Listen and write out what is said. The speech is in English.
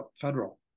federal